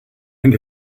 and